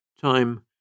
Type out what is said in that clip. Time